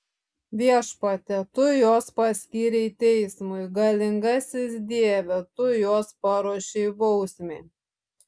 viešpatie tu juos paskyrei teismui galingasis dieve tu juos paruošei bausmei